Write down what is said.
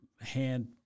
hand